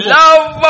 love